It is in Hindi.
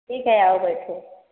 ठीक है आओ बैठो